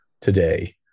today